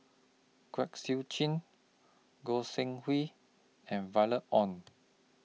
Kwek Siew Jin Goi Seng Hui and Violet Oon